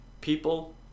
people